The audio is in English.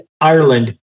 Ireland